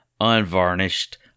unvarnished